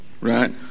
right